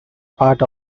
part